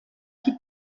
que